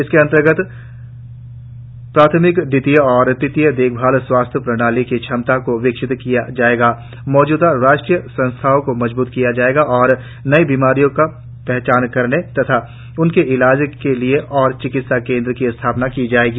इसके अन्तर्गत प्राथमिक द्वितीयक और तृतीयक देखभाल स्वास्थ्य प्रणालियों की क्षमताओं को विकसित किया जाएगा मौजूदा राष्ट्रीय संस्थाओं को मजबूत किया जाएगा और नई बीमारियों की पहचान करने तथा उनके इलाज के लिए और चिकित्सा केन्द्रों की स्थापना की जाएगी